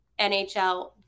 NHL